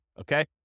okay